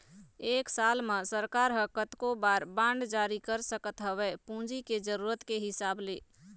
एक साल म सरकार ह कतको बार बांड जारी कर सकत हवय पूंजी के जरुरत के हिसाब ले